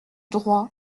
droit